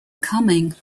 coming